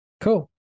cool